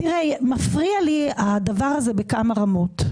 תראה, מפריע לי הדבר הזה בכמה רמות.